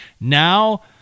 Now